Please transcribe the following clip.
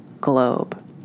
globe